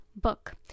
book